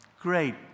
Great